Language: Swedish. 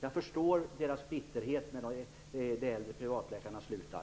Jag förstår de äldre privatläkarnas bitterhet när de slutar.